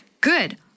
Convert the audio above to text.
Good